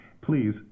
please